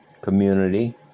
community